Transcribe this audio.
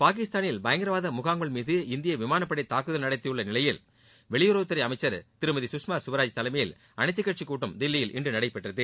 பாகிஸ்தானில் பயங்கரவாத முகாம்கள் மீது இந்திய விமானப்படை தாக்குதல் நடத்தியுள்ள நிலையில் வெளியுறவுத்துறை அமைச்சர் திருமதி கஷ்மா ஸ்வராஜ் தலைமயில் அனைத்துக் கட்சிக் கூட்டம் தில்லியில் இன்று நடைபெற்றது